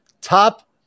top